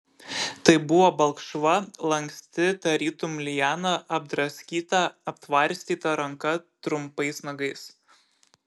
tai buvo balkšva lanksti tarytum liana apdraskyta aptvarstyta ranka trumpais nagais